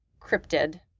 cryptid